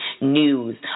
news